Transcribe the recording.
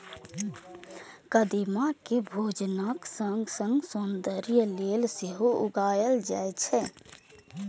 कदीमा कें भोजनक संग संग सौंदर्य लेल सेहो उगायल जाए छै